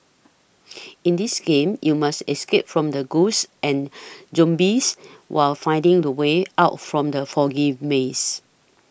in this game you must escape from the ghosts and zombies while finding the way out from the foggy maze